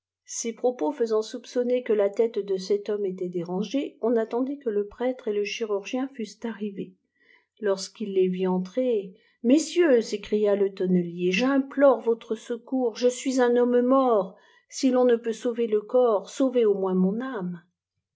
ces propos faisant soupçonner que la tête de cet homme était dérangée on attendit que le prêtre et le chirurgien fussent arrivés lorsqu'il les vit entrer messieurs s'écria le tonnelier j'implore votre secours je suis un homme mort si ton ne peiit sauver je corps sauvez au moins mon âme